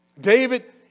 David